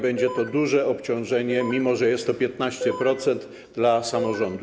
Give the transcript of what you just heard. Będzie to duże obciążenie, mimo że jest to 15% dla samorządów.